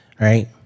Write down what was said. right